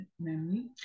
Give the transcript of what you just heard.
memory